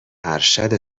ارشد